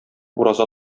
ураза